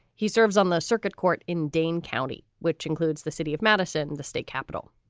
he serves on the circuit court in dane county, which includes the city of madison, the state capital.